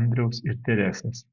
andriaus ir teresės